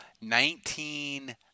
nineteen